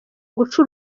guca